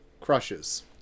crushes